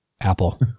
Apple